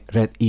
Red